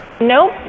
nope